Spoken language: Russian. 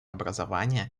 образования